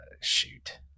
Shoot